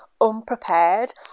unprepared